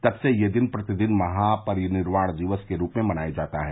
तब से यह दिन प्रति वर्ष महापरिनिर्वाण दिवस के रूप में मनाया जाता है